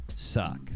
suck